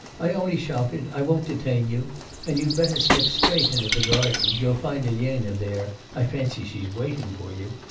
i only shouted, i won't detain you and you'd better slip straight into the garden you'll find elena there, i fancy she's waiting for you.